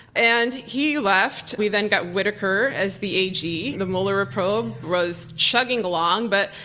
and he left, we then got whitaker as the a. g. the mueller probe was chugging along. but,